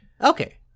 Okay